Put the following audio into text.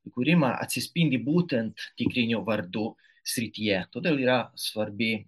į kūrimą atsispindi būtent tikrinių vardų srityje todėl yra svarbi